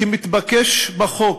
כמתבקש בחוק,